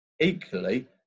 Equally